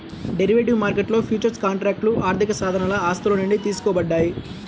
derivative మార్కెట్లో futures కాంట్రాక్ట్లు ఆర్థికసాధనాలు ఆస్తుల నుండి తీసుకోబడ్డాయి